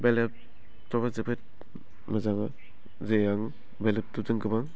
बे लेपटपा जोबोद मोजां जे आं बे लेपटपजों गोबां